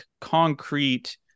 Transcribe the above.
concrete